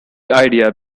idea